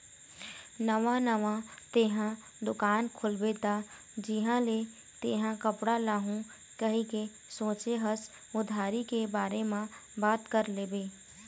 नवा नवा तेंहा दुकान खोलबे त जिहाँ ले तेंहा कपड़ा लाहू कहिके सोचें हस उधारी के बारे म बात कर लेबे